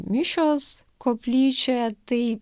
mišios koplyčioje tai